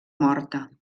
morta